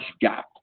gap